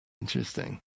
Interesting